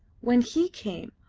when he came,